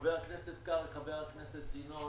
חבר הכנסת קרעי, חבר הכנסת ינון